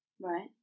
Right